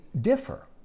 differ